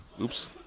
Oops